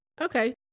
Okay